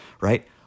right